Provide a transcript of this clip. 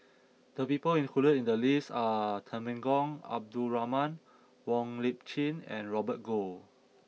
the people included in the list are Temenggong Abdul Rahman Wong Lip Chin and Robert Goh